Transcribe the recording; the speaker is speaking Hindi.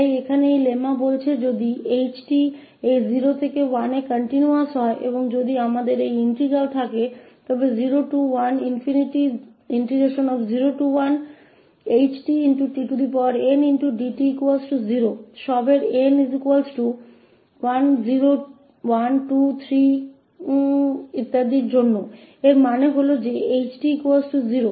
तो यहाँ यह लेम्मा कहता है कि यदि h𝑡 इस 0 से १ पर continuous है इस अंतराल 0 से १ में और जब हमारे पास अब यह integralहै 01h𝑡tn𝑑t0 इस सब के लिए 𝑛 0123 और इसी तरह जिसका अर्थ है कि ℎ𝑡 0